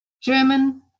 German